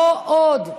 לא עוד.